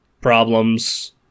problems